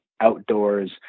Outdoors